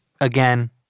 Again